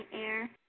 air